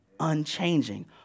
unchanging